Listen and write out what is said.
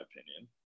opinion